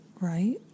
right